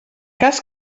cas